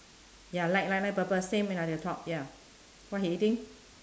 ya light light light purple same like the top ya what heading